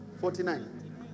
forty-nine